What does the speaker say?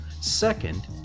Second